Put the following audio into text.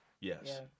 Yes